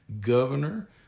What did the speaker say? governor